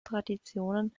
traditionen